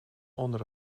onder